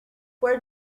where